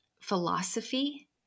philosophy